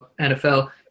NFL